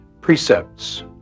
precepts